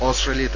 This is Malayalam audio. ഓസ്ട്രേലിയയെ